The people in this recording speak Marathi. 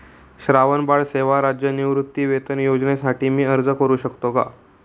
श्रावणबाळ सेवा राज्य निवृत्तीवेतन योजनेसाठी मी अर्ज करू शकतो का?